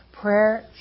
Prayer